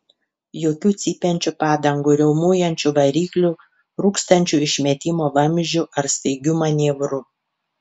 jokių cypiančių padangų riaumojančių variklių rūkstančių išmetimo vamzdžių ar staigių manevrų